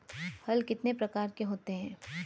हल कितने प्रकार के होते हैं?